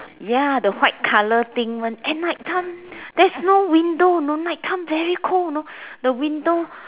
ya the white color thing one and night time there's no window you know night time very cold you know the window